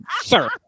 sir